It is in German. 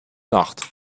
nacht